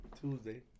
Tuesday